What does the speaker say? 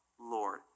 Lord